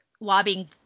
lobbying